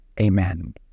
amen